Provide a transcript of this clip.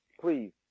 please